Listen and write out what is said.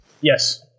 yes